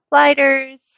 sliders